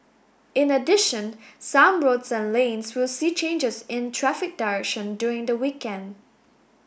in addition some roads and lanes will see changes in traffic direction during the weekend